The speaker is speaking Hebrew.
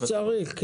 למי שצריך.